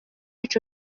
ico